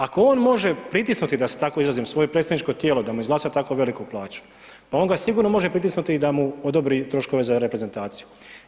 Ako on može pritisnuti, da se tako izrazim, svoje predstavničko tijelo da mu izglasa tako veliku plaću, pa on ga sigurno može pritisnuti i da mu odobri troškove za reprezentaciju.